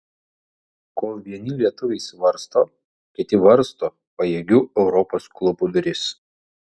kol vieni lietuviai svarsto kiti varsto pajėgių europos klubų duris